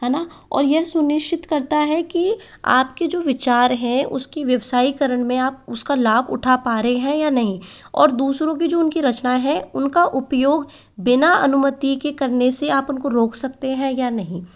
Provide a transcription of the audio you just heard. है ना और यह सुनिश्चित करता है कि आप के जो विचार हैं उस की व्यवसायीकरण में आप उस का लाभ उठा पा रहे हैं या नहीं और दूसरों की जो उन की रचनाएँ हैं उन का उपयोग बिना अनुमति के करने से आप उन को रोक सकते हैं या नहीं